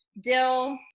dill